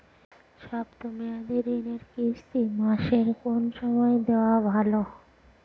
শব্দ মেয়াদি ঋণের কিস্তি মাসের কোন সময় দেওয়া ভালো?